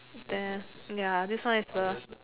then ya this one is the